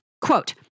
Quote